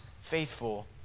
faithful